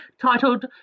titled